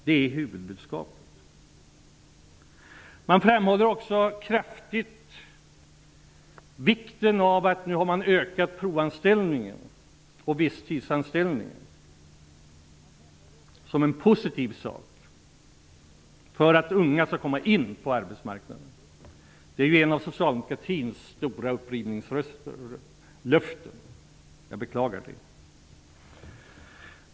Det är huvudbudskapet. Man framhåller också kraftigt vikten av att möjligheten till provanställning och visstidsanställning har ökat. Det är en positiv sak för att unga skall komma in på arbetsmarknaden. Det är en av Socialdemokraternas stora upprivningslöften, och jag beklagar det.